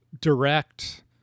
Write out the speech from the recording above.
direct